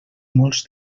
molts